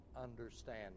understand